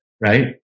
right